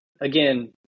again